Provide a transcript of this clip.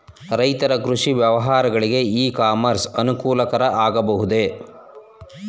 ರೈತರ ಕೃಷಿ ವ್ಯವಹಾರಗಳಿಗೆ ಇ ಕಾಮರ್ಸ್ ಅನುಕೂಲಕರ ಆಗಬಹುದೇ?